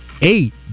eight